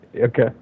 Okay